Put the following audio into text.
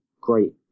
great